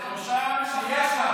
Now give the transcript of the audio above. אין מחלוקת על זה.